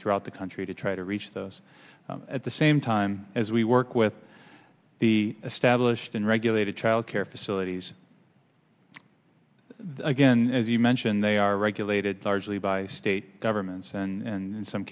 throughout the country to try to reach those at the same time as we work with the established and regulated child care facilities again as you mentioned they are regulated largely by state governments and in some